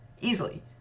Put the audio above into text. Easily